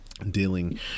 dealing